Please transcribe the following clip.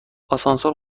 آسانسور